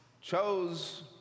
chose